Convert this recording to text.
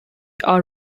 are